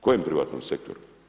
Kojem privatnom sektoru.